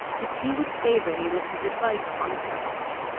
if he would favour me with his advice upon the subject,